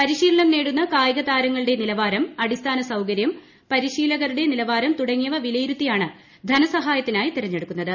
പരിശീലനം നേടുന്ന കായികതാരങ്ങളുടെ നിലവാരം അടിസ്ഥാനസൌകര്യം പരിശീലകരുടെ നിലവാരം തുടങ്ങിയവ വിലയിരുത്തിയാണ് ധനസഹായത്തിനായി തെരഞ്ഞെടുക്കു ന്നത്